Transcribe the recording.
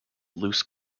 loose